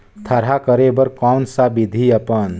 थरहा करे बर कौन सा विधि अपन?